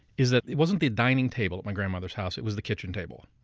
is it it wasn't the dining table at my grandmother's house it was the kitchen table.